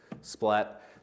Splat